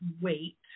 wait